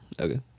Okay